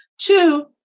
Two